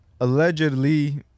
allegedly